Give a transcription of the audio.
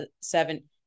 seven